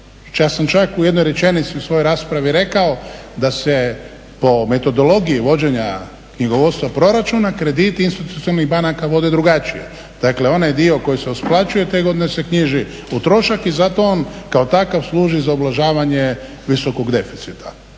ja sam čak u jednoj rečenici u svojoj raspravi rekao da se po metodologiji vođenja knjigovodstva proračuna krediti institucionalnih banaka vode drugačije. Dakle, onaj dio koji se isplaćuje te godine se knjiži u trošak i zato on kao takav služi za ublažavanje visokog deficita.